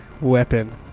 weapon